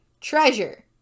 Treasure